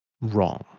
wrong